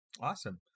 awesome